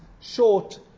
short